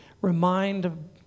remind